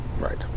Right